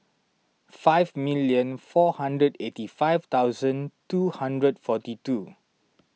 five million four hundred eighty five thousand two hundred forty two